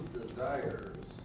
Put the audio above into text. desires